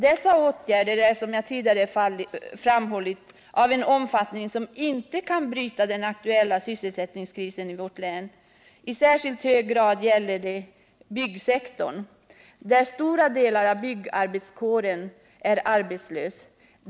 Dessa åtgärder är, som jag tidigare framhållit, av en omfattning som inte kan bryta den aktuella sysselsättningskrisen i vårt län. Det gäller i särskilt hög grad byggsektorn, där en stor del av byggnadsarbetarkåren är arbetslös.